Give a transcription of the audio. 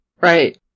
Right